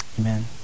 Amen